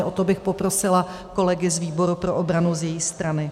O to bych poprosila kolegy z výboru pro obranu z její strany.